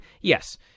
yes